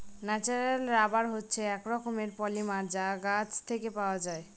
natural rubber হচ্ছে এক রকমের পলিমার যা গাছ থেকে পাওয়া যায়